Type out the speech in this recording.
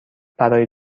برای